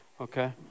Okay